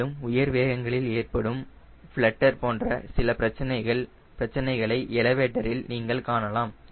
மேலும் உயர் வேகங்களில் ஏற்படும் ஃப்லட்டர் போன்ற சில பிரச்சனைகளை எலவேட்டரில் நீங்கள் காணலாம்